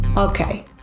Okay